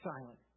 silent